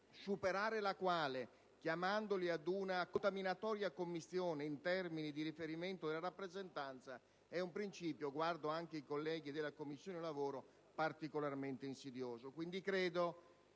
superarla, chiamandoli ad una contaminatoria commistione in termini di riferimento della rappresentanza, è un principio - guardo anche i colleghi della Commissione lavoro - particolarmente insidioso. Credo,